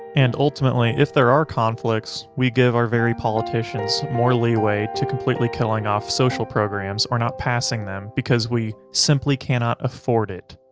and ultimately, if there are conflicts we give our very politicians more leeway to completely killing off social programs or not passing them, because we simply cannot afford it.